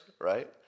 right